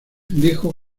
dijo